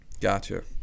Gotcha